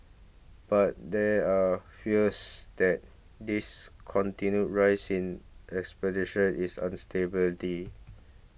but there are fears that this continued rise in expenditure is